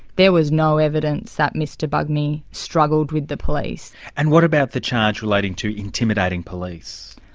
there was no evidence that mr bugmy struggled with the police. and what about the charge relating to intimidating police?